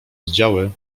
oddziały